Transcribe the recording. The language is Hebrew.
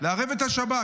לערב את השב"כ,